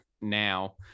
now